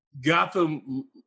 Gotham